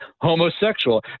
homosexual